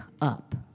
up